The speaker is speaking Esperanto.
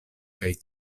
kaj